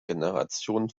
generation